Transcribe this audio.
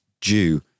due